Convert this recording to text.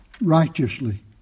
righteously